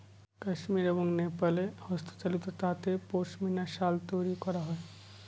কাশ্মির এবং নেপালে হস্তচালিত তাঁতে পশমিনা শাল তৈরী করা হয়